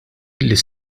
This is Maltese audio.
lis